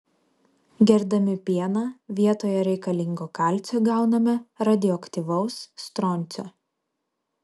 gerdami pieną vietoje reikalingo kalcio gauname radioaktyvaus stroncio